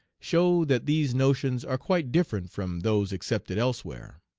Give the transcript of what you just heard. show that these notions are quite different from those accepted elsewhere.